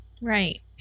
Right